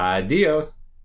Adios